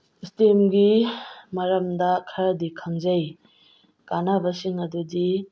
ꯁ꯭ꯇꯦꯝꯒꯤ ꯃꯔꯝꯗ ꯈꯔꯗꯤ ꯈꯪꯖꯩ ꯀꯥꯟꯅꯕꯁꯤꯡ ꯑꯗꯨꯗꯤ